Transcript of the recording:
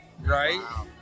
right